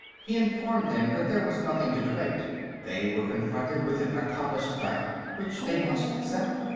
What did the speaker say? he informed them that there was nothing to debate they were confronted with an accomplished fact which they must accept.